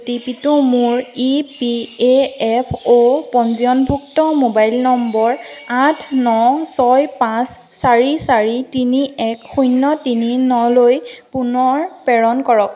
অ' T পিটো মোৰ EPFO পঞ্জীয়নভুক্ত মোবাইল নম্বৰ আঠ ন ছয় পাঁচ চাৰি চাৰি তিনি এক শূণ্য তিনি নলৈ পুনৰ প্ৰেৰণ কৰক